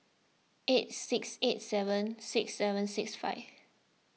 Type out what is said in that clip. eight six eight seven six seven six five